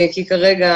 כי כרגע